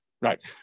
Right